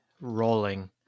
Rolling